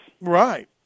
Right